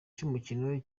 cy’umukino